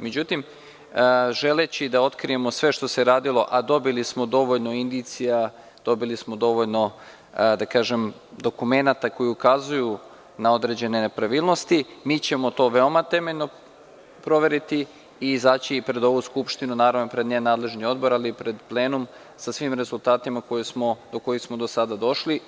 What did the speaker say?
Međutim, želeći da otkrijemo sve što se radilo, a dobili smo dovoljno indicija, dobili smo dovoljno dokumenata koji ukazuju na određene nepravilnosti, mi ćemo to veoma temeljno proveriti i izaći pred ovu Skupštinu, pred njen nadležni odbor i pred plenum sa svim rezultatima do kojih smo do sada došli,